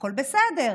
והכול בסדר.